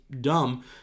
dumb